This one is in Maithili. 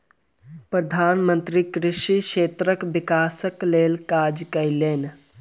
प्रधान मंत्री कृषि क्षेत्रक विकासक लेल काज कयलैन